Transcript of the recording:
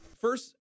first